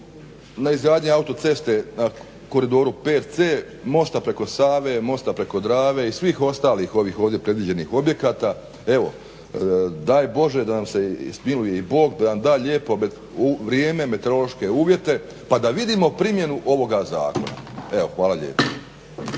na izgradnji autoceste na koridoru 5 c, mosta preko Save, mosta preko Drave i svih ostalih ovih ovdje predviđenih ovdje objekata. Evo daj Bože da nam se smiluje i Bog, da nam da lijepo vrijeme, meteorološke uvjete pa da vidimo primjenu ovoga zakona. Evo hvala lijepa.